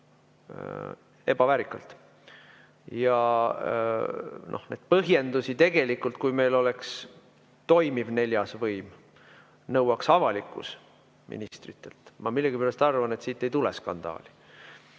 põhjendusi tegelikult, kui meil oleks toimiv neljas võim, nõuaks ministritelt avalikkus. Ma millegipärast arvan, et siit ei tule skandaali.